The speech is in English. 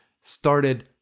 started